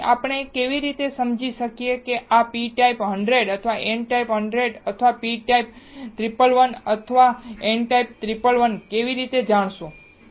તેથી હવે આપણે કેવી રીતે સમજી શકીએ કે આ p ટાઇપ 100 અથવા n ટાઇપ 100 અથવા p ટાઇપ 111 અથવા n ટાઇપ 111 તમે કેવી રીતે જાણશો